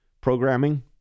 programming